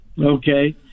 Okay